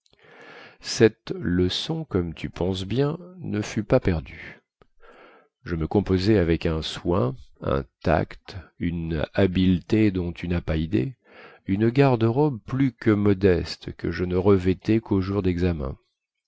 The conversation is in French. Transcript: cette leçon comme tu penses bien ne fut pas perdue je me composai avec un soin un tact une habileté dont tu nas pas idée une garde-robe plus que modeste que je ne revêtais quaux jours dexamen